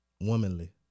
Womanly